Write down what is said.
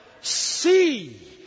see